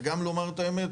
וגם לומר את האמת,